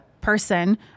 person